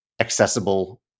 accessible